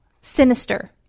sinister